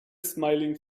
smiling